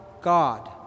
God